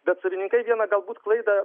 bet savininkai vieną galbūt klaidą